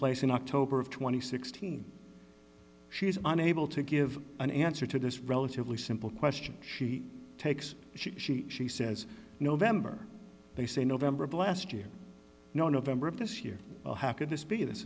place in october of two thousand and sixteen she's unable to give an answer to this relatively simple question she takes she she she says november they say november of last year no november of this year could this be this